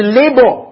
labor